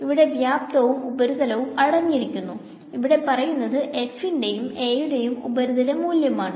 ഇവിടെ വ്യാപ്താവും ഉപരിതലവും അടഞ്ഞിരിക്കുന്നു ഇവിടെ പറയുന്നത് f ന്റെയും A യുടെയും ഉപരിതല മൂല്യമാണ്